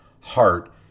heart